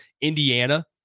Indiana